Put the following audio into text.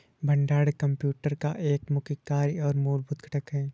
भंडारण कंप्यूटर का एक मुख्य कार्य और मूलभूत घटक है